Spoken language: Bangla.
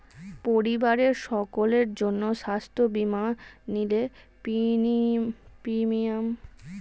পরিবারের সকলের জন্য স্বাস্থ্য বীমা নিলে প্রিমিয়াম কি রকম করতে পারে?